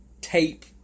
tape